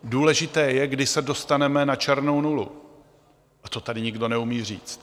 Důležité je, kdy se dostaneme na černou nulu, a to tady nikdo neumí říct.